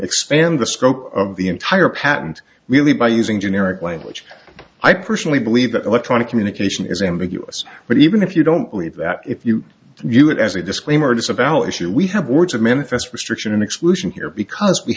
expand the scope of the entire patent really by using generic language i personally believe that electronic communication is ambiguous but even if you don't believe that if you view it as a disclaimer disavow issue we have words of manifest restriction in exclusion here because we